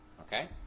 Okay